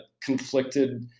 conflicted